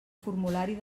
formulari